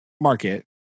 market